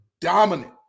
dominant